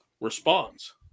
response